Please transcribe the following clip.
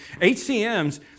HCMs